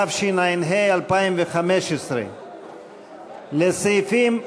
התשע"ה 2015. לסעיפים,